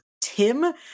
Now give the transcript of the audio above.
Tim